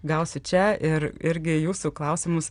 gausiu čia ir irgi jūsų klausimus